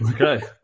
Okay